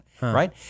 right